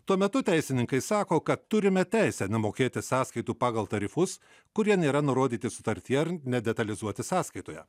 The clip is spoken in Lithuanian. tuo metu teisininkai sako kad turime teisę nemokėti sąskaitų pagal tarifus kurie nėra nurodyti sutartyje ar nedetalizuoti sąskaitoje